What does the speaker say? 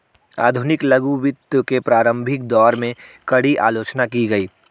आधुनिक लघु वित्त के प्रारंभिक दौर में, कड़ी आलोचना की गई